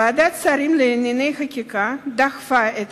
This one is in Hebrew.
ועדת שרים לענייני חקיקה דחתה את